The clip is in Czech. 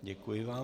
Děkuji vám.